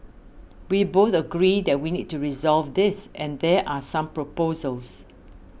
we both agree that we need to resolve this and there are some proposals